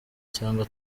cyangwa